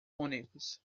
únicos